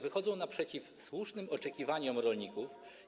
Wychodzą one naprzeciw słusznym oczekiwaniom rolników.